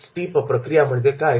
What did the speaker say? steep प्रक्रिया काय आहे